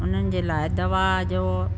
उन्हनि जे लाइ दवा जो